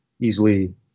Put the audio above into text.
easily